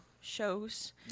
shows